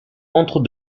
entre